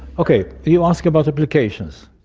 okay, you ask about applications.